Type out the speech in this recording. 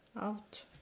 out